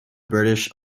british